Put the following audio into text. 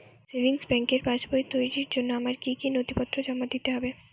Savings ব্যাংকের পাসবই তৈরির জন্য আমার কি কি নথিপত্র জমা দিতে হবে?